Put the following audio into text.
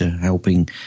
helping